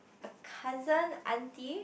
a cousin auntie